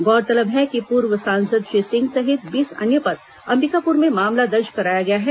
गौरतलब है कि पूर्व सांसद श्री सिंह सहित बीस अन्य पर अंबिकापुर में मामला दर्ज कराया गया है